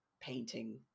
painting